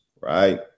right